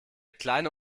kleine